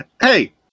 Hey